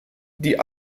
die